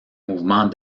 mouvement